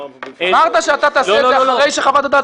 אמרת שאתה תעשה את זה אחרי שחוות הדעת